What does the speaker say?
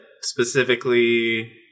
specifically